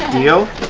deal?